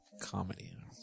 comedy